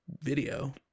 video